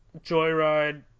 Joyride